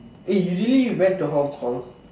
eh you really went to Hong-Kong